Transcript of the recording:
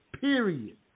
Period